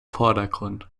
vordergrund